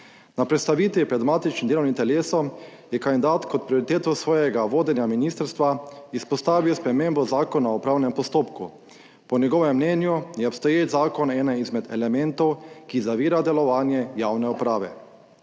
Na predstavitvi pred matičnim delovnim telesom je kandidat kot prioriteto svojega vodenja ministrstva izpostavil spremembo Zakona o upravnem postopku. Po njegovem mnenju je obstoječ zakon eden izmed elementov, ki zavira delovanje javne uprave.